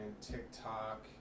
TikTok